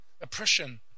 oppression